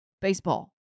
baseball